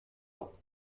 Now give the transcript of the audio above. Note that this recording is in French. ans